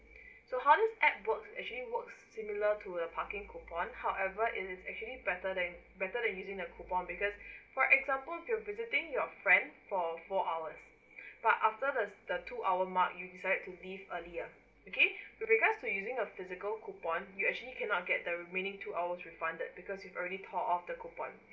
so how this app work actually works similar to the parking coupon however it is actually better than better than using the coupon because for example you visiting your friend for four hours but after the the two hours mark you decide to leave earlier okay with regard to using the physical coupon you actually cannot get the remaining two hours refunded because your early tore off the coupon